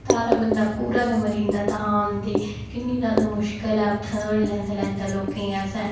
थारा बंदा पूरा गै मरी जंदा तां औंदी किन्नी ज्यादा मुश्कल ऐ उत्थै धोड़ी लेंदे लेंदे लोकें गी असें